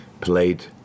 played